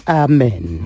amen